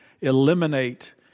eliminate